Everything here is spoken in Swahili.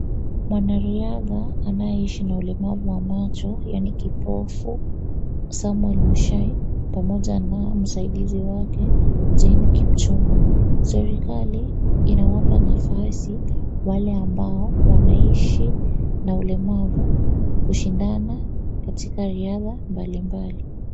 Mwanariadha anayeishi na ulemavu wa macho yaani kipofu Simon Muchai, pamoja na msaidizi wake Jane Kipchumba. Serikali inawapa nafasi wale ambao wanaishi na ulemavu kushidana katika ridha mbali mbali.